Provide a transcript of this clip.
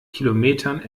kilometern